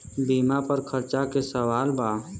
बीमा पर चर्चा के सवाल बा?